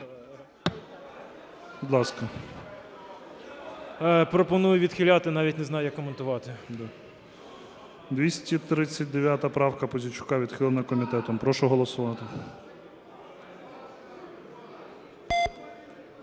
Пропоную відхиляти, навіть не знаю, як коментувати. ГОЛОВУЮЧИЙ. 239 правка Пузійчука, відхилена комітетом. Прошу голосувати.